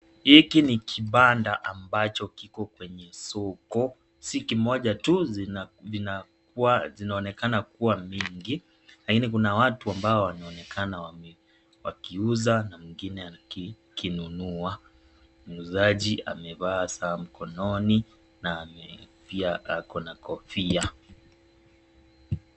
Hiki ni kibanda abacho kiko kwenye soko, si kimoja tu zinaonekana kuwa mingi lakini kuna watu ambao wanaonekana wakiuza na wengine akinunua. Muuzaji amevaa saa mkononi na pia ako na kofia.